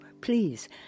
please